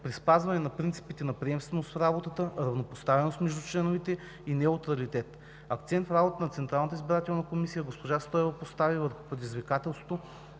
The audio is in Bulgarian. при спазване на принципите на приемственост в работата, равнопоставеност между членовете и неутралитет. Акцент в работата на Централната избирателна комисия госпожа Стоева постави върху предизвикателството